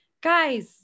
guys